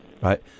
Right